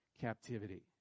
captivity